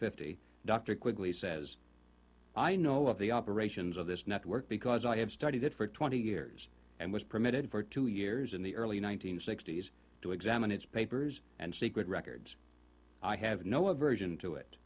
fifty dr quickly says i know of the operations of this network because i have studied it for twenty years and was permitted for two years in the early one nine hundred sixty s to examine its papers and secret records i have no aversion to it